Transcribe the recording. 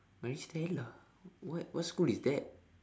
maris stella what what school is that